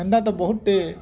ହେନ୍ତା ତ ବହୁତ ଟେ